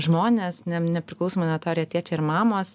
žmonės nepriklausomai nuo to ar jie tėčiai ar mamos